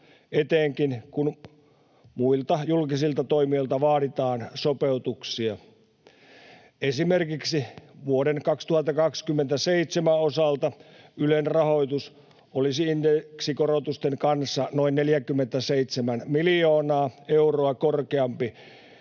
etenkin kun muilta julkisilta toimijoilta vaaditaan sopeutuksia. Esimerkiksi vuoden 2027 osalta Ylen rahoitus olisi indeksikorotusten kanssa noin 47 miljoonaa euroa korkeampi